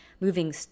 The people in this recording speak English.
moving